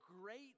great